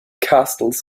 castles